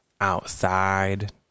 outside